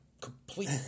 complete